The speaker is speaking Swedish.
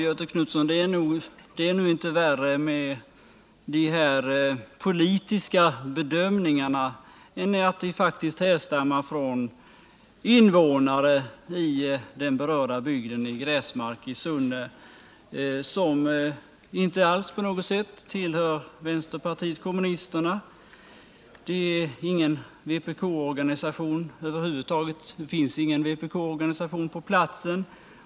Herr talman! Det är nu inte värre med de här politiska bedömningarna, Göthe Knutson, än att de faktiskt härstammar från invånare i den berörda bygden, Gräsmark i Sunne, vilka inte på något sätt tillhör vänsterpartiet kommunisterna — det finns över huvud taget ingen vpk-organisation på platsen.